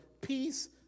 peace